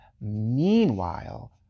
Meanwhile